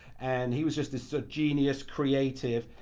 and he was just this so genius, creative.